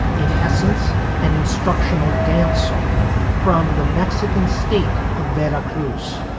in essence an instructional dance song from the mexican state of vera cruz.